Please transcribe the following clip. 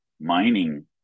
mining